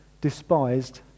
despised